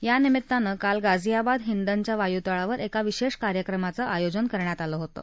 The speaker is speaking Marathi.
या निमित्तानं काल गाझियाबाद हिंदनच्या वायुतळावर एका विशा कार्यक्रमाचं आयोजन करण्यात आलं होतं